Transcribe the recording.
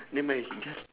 never mind just